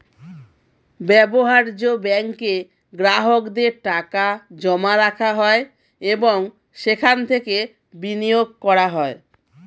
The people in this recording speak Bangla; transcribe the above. ব্যবহার্য ব্যাঙ্কে গ্রাহকদের টাকা জমা রাখা হয় এবং সেখান থেকে বিনিয়োগ করা হয়